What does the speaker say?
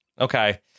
Okay